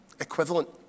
equivalent